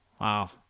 Wow